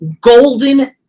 golden